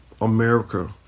America